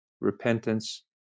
repentance